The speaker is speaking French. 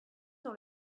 dans